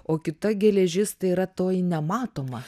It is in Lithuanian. o kita geležis tai yra toji nematoma